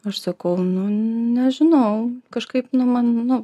aš sakau nu nežinau kažkaip nu man nu